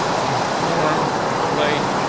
transformed, translate.